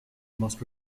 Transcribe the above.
most